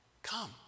come